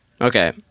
Okay